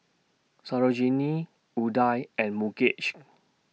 Sarojini Udai and Mukesh